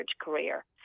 career